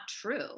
true